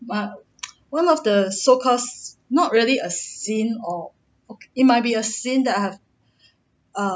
but one of the so call sc~ not really a scene or it might be a scene that I have err